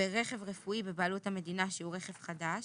ברכב רפואי בבעלות המדינה שהוא רכב חדש